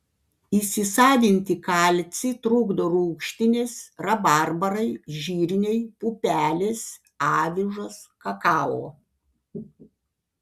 įsisavinti kalcį trukdo rūgštynės rabarbarai žirniai pupelės avižos kakao